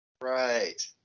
Right